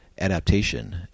adaptation